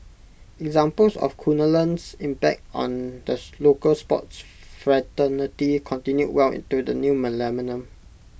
examples of Kunalan's impact on the local sports fraternity continued well into the new millennium